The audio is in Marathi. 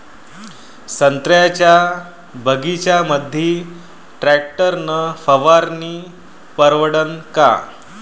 संत्र्याच्या बगीच्यामंदी टॅक्टर न फवारनी परवडन का?